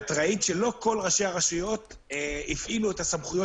את ראית שלא כל ראשי הרשויות הפעילו את הסמכויות